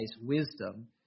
wisdom